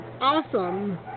awesome